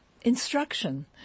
instruction